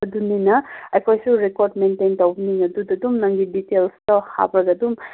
ꯑꯗꯨꯅꯤꯅ ꯑꯩꯈꯣꯏꯁꯨ ꯔꯦꯀꯣꯔꯗ ꯃꯦꯟꯇꯦꯟ ꯇꯧꯕꯅꯤꯅ ꯑꯗꯨꯗ ꯑꯗꯨꯝ ꯅꯪꯒꯤ ꯗꯤꯇꯦꯜꯁꯇꯣ ꯍꯥꯞꯂꯒ ꯑꯗꯨꯝ